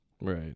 Right